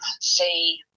see